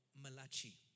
Malachi